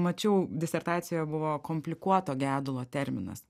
mačiau disertacijoje buvo komplikuoto gedulo terminas